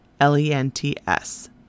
L-E-N-T-S